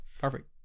Perfect